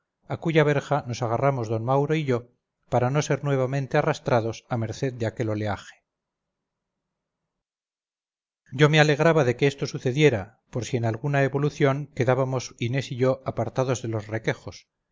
a cuya verja nos agarramos d mauro y yo para no ser nuevamente arrastrados a merced de aquel oleaje yo me alegraba de que esto sucediera por si en alguna evolución quedábamos inés y yo apartados de los requejos